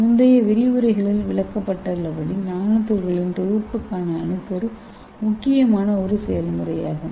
முந்தைய விரிவுரைகளில் விளக்கப்பட்டுள்ளபடி நானோ துகள்களின் தொகுப்புக்கான அணுக்கரு ஒரு முக்கியமான செயல்முறையாகும்